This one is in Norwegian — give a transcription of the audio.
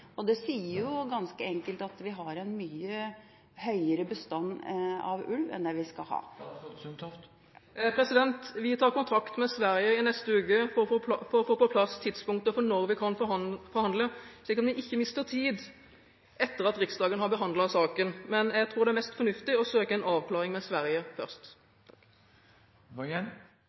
og det sier jo ganske enkelt at vi har en mye høyere bestand av ulv enn det vi skal ha. Vi tar kontakt med Sverige i neste uke for å få på plass tidspunktet for når vi kan forhandle, slik at vi ikke mister tid, etter at Riksdagen har behandlet saken. Men jeg tror det er mest fornuftig å søke en avklaring med Sverige først.